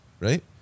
right